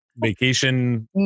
vacation